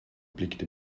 blickte